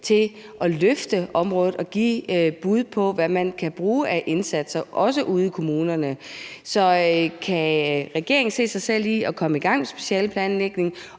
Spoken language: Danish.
til at løfte området og give et bud på, hvad man kan bruge indsatser, også ude i kommunerne. Så kan regeringen se sig selv i at komme i gang med specialeplanlægningen?